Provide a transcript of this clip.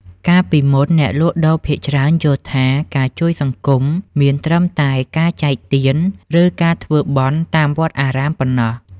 កាលពីមុន អ្នកលក់ដូរភាគច្រើនយល់ថា ការជួយសង្គមមានត្រឹមតែការចែកទាន ឬការធ្វើបុណ្យតាមវត្តអារាមប៉ុណ្ណោះ។